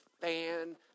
fan